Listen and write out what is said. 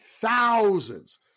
thousands